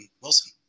Wilson